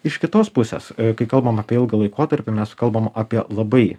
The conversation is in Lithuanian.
iš kitos pusės kai kalbam apie ilgą laikotarpį mes kalbam apie labai